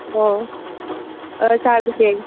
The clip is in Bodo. अ ओ जागोन दे